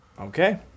Okay